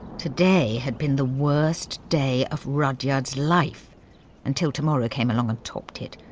today had been the worst day of rudyard's life until tomorrow came along and topped it.